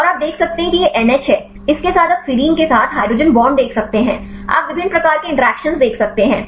और आप देख सकते हैं यह एनएच है इस के साथ आप सेरीन के साथ हाइड्रोजन बांड देख सकते हैं आप विभिन्न प्रकार के इंटरैक्शन देख सकते हैं